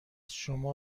شما